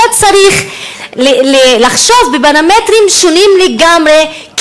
אתה צריך לחשוב בפרמטרים שונים לגמרי,